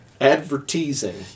Advertising